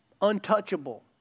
untouchable